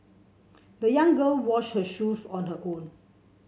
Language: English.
the young girl washed her shoes on her own